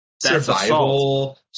Survival